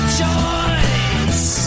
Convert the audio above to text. choice